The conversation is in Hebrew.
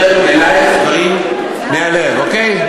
הגברת לבני, אני מדבר אלייך דברים מהלב, אוקיי?